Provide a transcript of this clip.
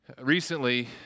Recently